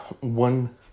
One